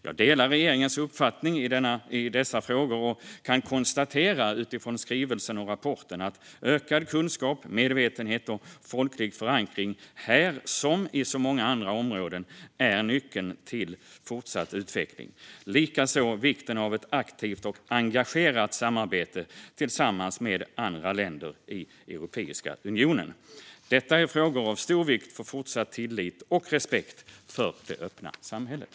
Jag delar regeringens uppfattning i dessa frågor och kan utifrån skrivelsen och rapporten konstatera att ökad kunskap, medvetenhet och folklig förankring här, som på så många andra områden, är nyckeln till fortsatt utveckling. Det är likaså viktigt med ett aktivt och engagerat samarbete tillsammans med andra länder i Europeiska unionen. Detta är frågor av stor vikt för fortsatt tillit och respekt för det öppna samhället.